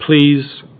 please